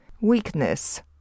Weakness